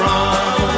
Run